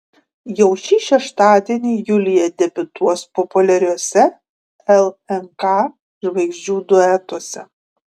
jau šį šeštadienį julija debiutuos populiariuose lnk žvaigždžių duetuose